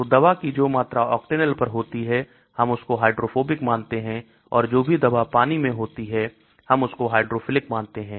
तो दवा की जो भी मात्रा octanol पर होती है हम इसको हाइड्रोफोबिक मानते हैं और जो भी दवा पानी में होती है हम उसको हाइड्रोफिलिक मानते हैं